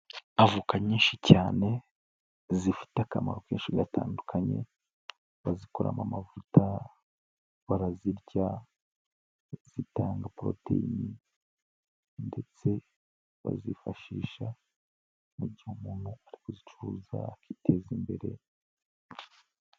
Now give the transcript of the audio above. Avoka nyinshi cyane zifite akamaro kenshi gatandukanye, bazikuramo amavuta, barazirya zitanga poroteyine, ndetse bazifashisha mu gihe umuntu ari kuzicuruza akiteza imbere.